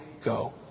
go